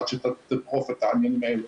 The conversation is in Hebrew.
עד שתדחוף את העניינים האלה,